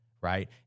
right